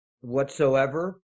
whatsoever